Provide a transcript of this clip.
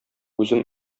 үзем